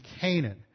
Canaan